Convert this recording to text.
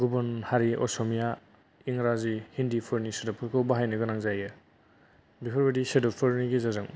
गुबुन हारि असमिया इंराजि हिन्दी सोदोबफोरखौ बाहायनो गोनां जायो बेफोर बायदि सोदोब फोरनि गेजेरजों